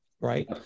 right